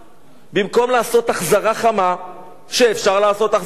במקום לעשות החזרה חמה כשאפשר לעשות החזרה חמה,